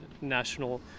National